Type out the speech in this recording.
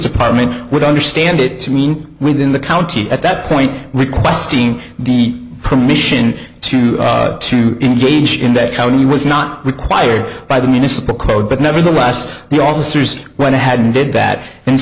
department would understand it to mean within the county at that point requesting the permission to engage in that county was not required by the municipal code but nevertheless the officers went ahead and did that and